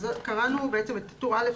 אבל זה לא תקציב של הביטוח הלאומי.